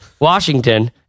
Washington